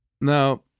Now